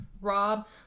Rob